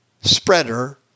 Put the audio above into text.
spreader